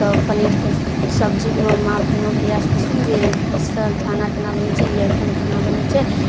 तऽ पनीर तऽ सब्जीमे माँ फेनो भैयासँ पुछलहुँ जे ईसब खाना कोना बनै छै ई आइटम कोना बनै छै